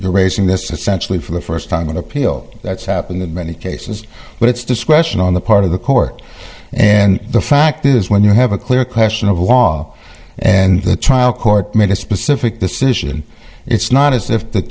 the raising this essentially for the first time going to appeal that's happened in many cases but its discretion on the part of the court and the fact is when you have a clear question of law and the trial court made a specific decision it's not as if the